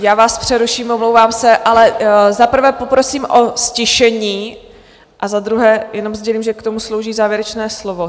Já vás přeruším, omlouvám se, ale za prvé poprosím o ztišení a za druhé jenom sdělím, že k tomu slouží závěrečné slovo.